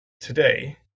today